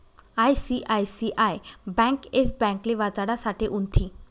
ICICI bank Yes ब्यांकले वाचाडासाठे उनथी